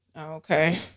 Okay